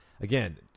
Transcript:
Again